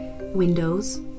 windows